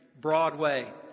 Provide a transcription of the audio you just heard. Broadway